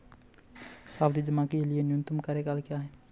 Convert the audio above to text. सावधि जमा के लिए न्यूनतम कार्यकाल क्या है?